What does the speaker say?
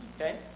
okay